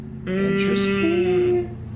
Interesting